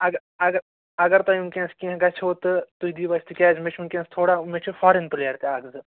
اَگ اَگ اگر تۄہہِ وُنکیٚنس کیٚنٛہہ گَژِھو تہٕ تُہۍ دِیو اَسہِ تِکیٛازِ مےٚ چھُ وُنکیٚنس تھوڑا مےٚ چھُ فارِیَن پُلیر تہِ اکھ زٕ